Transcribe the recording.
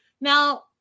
Now